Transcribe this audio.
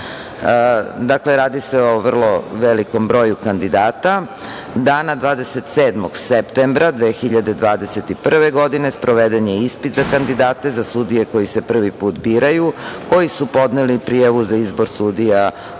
Dakle, radi se o vrlo velikom broju kandidata. Dana, 27. septembra 2021. godine sproveden je ispit za kandidate za sudije koji se prvi put biraju, koji su podneli prijavu za izbor sudija u